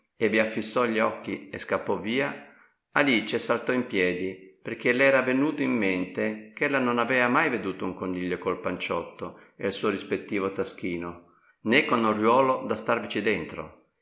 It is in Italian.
e vi affisò gli occhi e scappò via alice saltò in piedi perchè l'era venuto in mente ch'ella non avea mai veduto un coniglio col panciotto e il suo rispettivo taschino nè con un oriuolo da starvici dentro